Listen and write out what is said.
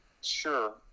Sure